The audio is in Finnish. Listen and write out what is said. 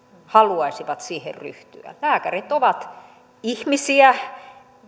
haluaisivat siihen ryhtyä lääkärit ovat ihmisiä